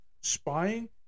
spying